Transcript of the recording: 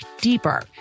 deeper